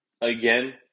again